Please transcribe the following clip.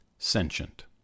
sentient